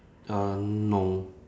uh no